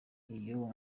iyo